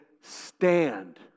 stand